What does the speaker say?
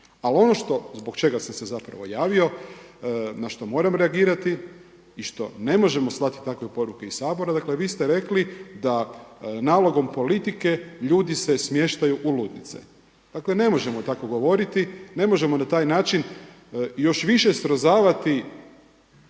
Ali ono što zbog čega sam se javio, na što moram reagirati i što ne možemo slati takve poruke iz Sabora, dakle vi ste rekli da nalogom politike ljudi se smještaju u ludnice. Dakle ne možemo tako govoriti, ne možemo na taj način još više srozavati